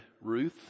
Ruth